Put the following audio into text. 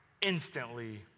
instantly